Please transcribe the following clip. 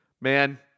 Man